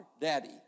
Daddy